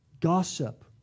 gossip